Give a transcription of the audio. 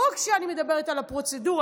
לא רק שאני מדברת על הפרוצדורה,